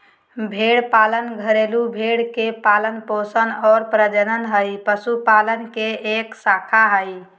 भेड़ पालन घरेलू भेड़ के पालन पोषण आरो प्रजनन हई, पशुपालन के एक शाखा हई